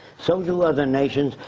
so do other nations.